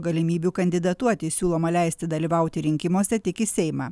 galimybių kandidatuoti siūloma leisti dalyvauti rinkimuose tik į seimą